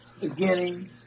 beginning